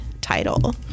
title